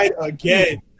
again